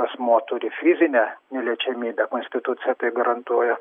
asmuo turi fizinę neliečiamybę konstitucija tai garantuoja